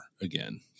again